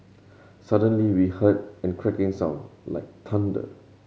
suddenly we heard an cracking sound like thunder